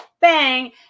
bang